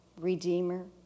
redeemer